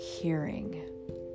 Hearing